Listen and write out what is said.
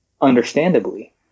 understandably